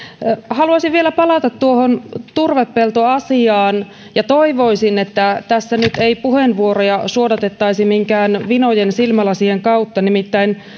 haluaisin vielä palata tuohon turvepeltoasiaan ja toivoisin että tässä nyt ei puheenvuoroja suodatettaisi minkään vinojen silmälasien kautta nimittäin